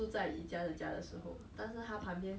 actually jurong point quite a lot of stuff no meh